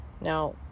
Now